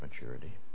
maturity